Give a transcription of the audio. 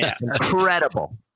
Incredible